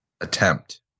attempt